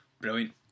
Brilliant